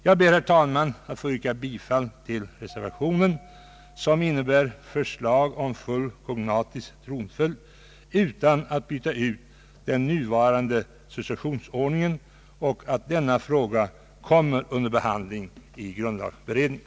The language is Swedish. Jag ber, herr talman, att få yrka bifall till reservation 1 som innebär förslag om full kognatisk tronföljd utan att byta ut den rådande successionsordningen i första led, och att denna fråga kommer under behandling i grundlagberedningen.